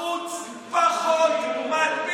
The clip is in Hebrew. הוא אמר: בחוץ פחות מידבק.